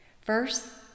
First